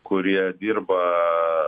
kurie dirba